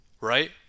right